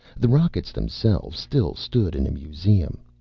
the rockets themselves still stood in a museum.